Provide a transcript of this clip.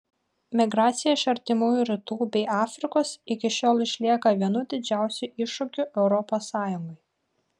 migracija iš artimųjų rytų bei afrikos iki šiol išlieka vienu didžiausių iššūkių europos sąjungai